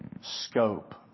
scope